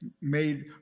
made